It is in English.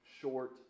short